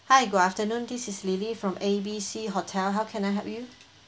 hi good afternoon this is lily from A B C hotel how can I help you